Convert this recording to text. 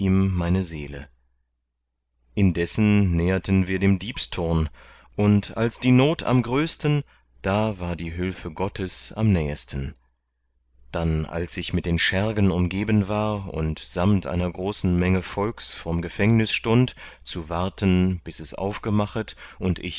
meine seele indessen näherten wir dem diebsturn und als die not am größten da war die hülfe gottes am nähesten dann als ich mit den schergen umgeben war und samt einer großen menge volks vorm gefängnüs stund zu warten bis es aufgemachet und